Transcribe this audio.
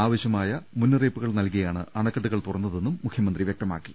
ആവശ്യമായ മുന്നറിയിപ്പുകൾ നൽകിയാണ് അണക്കെട്ടുകൾ തുറന്നതെന്നും മുഖ്യമന്ത്രി വൃക്തമാ ക്കി